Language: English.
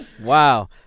wow